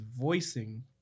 voicing